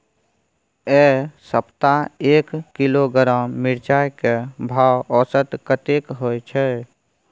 ऐ सप्ताह एक किलोग्राम मिर्चाय के भाव औसत कतेक होय छै?